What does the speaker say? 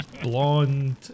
blonde